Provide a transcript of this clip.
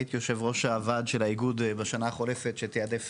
הייתי יו"ר הוועד של האיגוד בשנה החולפת שתעדף